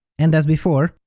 and as before,